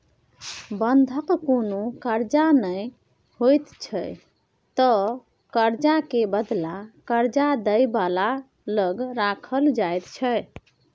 बंधक कुनु कर्जा नै होइत छै ई त कर्जा के बदला कर्जा दे बला लग राखल जाइत छै